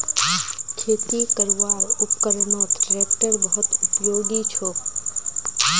खेती करवार उपकरनत ट्रेक्टर बहुत उपयोगी छोक